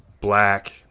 black